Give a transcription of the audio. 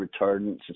retardants